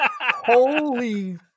holy